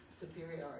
Superiority